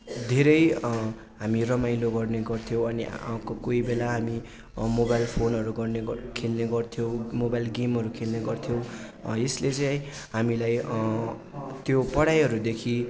धेरै हामी रमाइलो गर्ने गर्थ्यौँ अनि को कोही बेला हामी मोबाइल फोनहरू गर्ने खेल्ने गर्थ्यौँ मोबाइल गेमहरू खेल्ने गर्थ्यौँ यसले चाहिँ हामीलाई त्यो पढाइहरूदेखि